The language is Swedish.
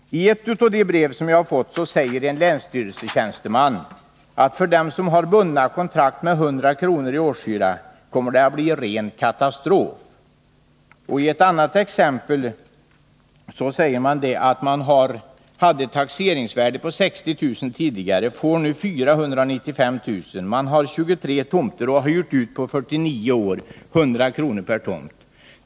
I ett av de brev som jag har fått säger en länsstyrelsetjänsteman: ”För dem som har bundna kontrakt med 100 kr. i årshyra kommer det att bli ren katastrof.” I ett annat brev säger man att man hade ett taxeringsvärde på 60 000 kr. tidigare och får ett nytt taxeringsvärde på 495 000. Man har 23 tomter och har hyrt ut på 49 år för 100 kr. per tomt.